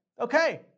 Okay